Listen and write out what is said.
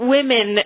women